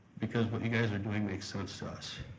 because what you guys are doing makes sense to us.